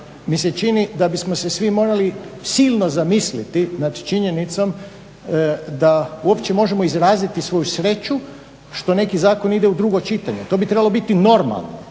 mi se čini da bismo se svi morali silno zamisliti nad činjenicom da uopće možemo izraziti svoju sreću što neki zakon ide u drugo čitanje. To bi trebalo biti normalno.